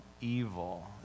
evil